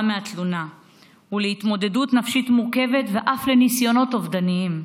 מהתלונה ולהתמודדות נפשית מורכבת ואף לניסיונות אובדניים.